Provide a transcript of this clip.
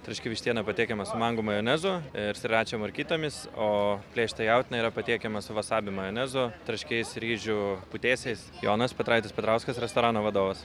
traški vištiena patiekiama su mangų majonezu ir siračia morkytėmis o plėšyta jautiena yra patiekiama su vasabi majonezu traškiais ryžių putėsiais jonas petraitis petrauskas restorano vadovas